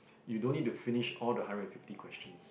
you don't need to finish all the hundred and fifty questions